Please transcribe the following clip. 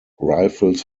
rifles